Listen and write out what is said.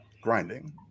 grinding